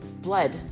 Blood